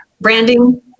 branding